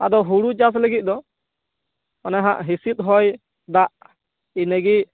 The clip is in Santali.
ᱟᱫᱚ ᱦᱩᱲᱩ ᱪᱟᱥ ᱞᱟᱹᱜᱤᱫ ᱫᱚ ᱚᱱᱟᱦᱟ ᱦᱤᱥᱤᱫ ᱦᱚᱭ ᱫᱟᱜ ᱤᱱᱟᱹᱜᱮ